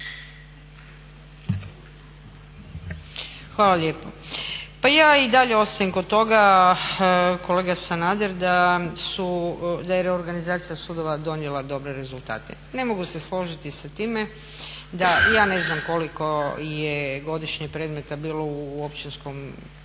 Hvala lijepo. Pa i ja i dalje ostajem kod toga kolega Sanader da je reorganizacija sudova donijela dobre rezultate. Ne mogu se složiti sa time da ja ne znam koliko je godišnje predmeta bilo u tadašnjem